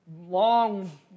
long